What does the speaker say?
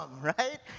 right